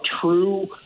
true